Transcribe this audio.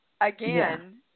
Again